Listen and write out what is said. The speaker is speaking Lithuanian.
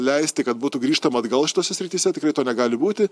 leisti kad būtų grįžtama atgal šitose srityse tikrai to negali būti